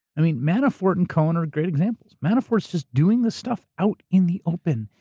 i mean manafort and cohen are great examples. manafort's just doing this stuff out in the open.